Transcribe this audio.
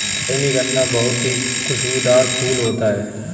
रजनीगंधा बहुत ही खुशबूदार फूल होता है